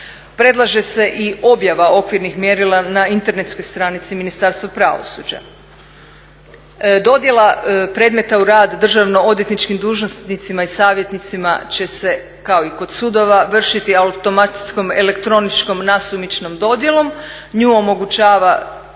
Predlaže se i objava okvirnih mjerila na internetskoj stranici Ministarstva pravosuđa. Dodjela predmeta u rad državno odvjetničkim dužnosnicima i savjetnicima će se kao i kod sudova vršiti automatskom elektroničkom nasumičnom dodjelom. Nju omogućava